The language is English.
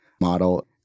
model